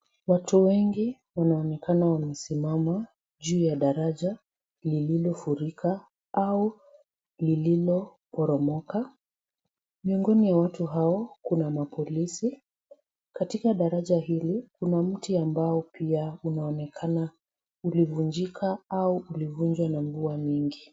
Watu wengi wanaonekana wamesimama juu ya daraja lililofurika au lililoporomoka. Miongoni mwa watu hawa kuna polisi. Katika daraja hili kuna mti ambao pia unaonekana ulivunjika au ulivunjwa na mvua mingi.